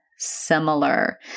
Similar